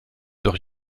doch